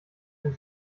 ein